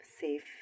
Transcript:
safe